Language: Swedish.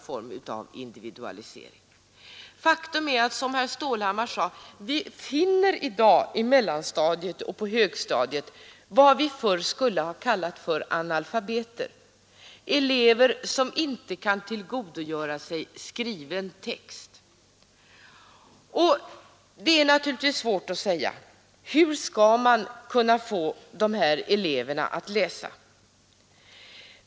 Faktum är, som herr Stålhammar sade, att vi i dag på mellanstadiet och högstadiet finner vad vi förr skulle ha kallat analfabeter — elever som inte kan tillgodogöra sig skriven text. Det är naturligtvis svårt att säga hur man skall kunna få dessa elever att läsa.